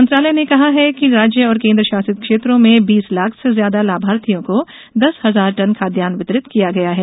मेंत्रालय ने कहा है कि राज्य और केन्द्र शासित क्षेत्रों में बीस लाख से ज्यादा लाभार्थियों को दस हजार टन खाद्यान्न वितरित किया है